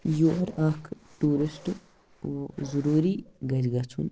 یور اَکھ ٹوٗرِسٹ ضُروٗری گژھِ گژھُن